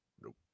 Nope